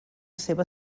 seva